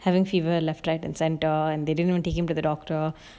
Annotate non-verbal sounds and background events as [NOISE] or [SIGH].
having fever left right and center and they didn't even take him to the doctor [BREATH]